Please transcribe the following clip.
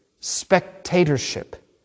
spectatorship